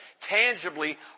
tangibly